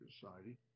Society